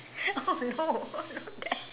oh no oh not that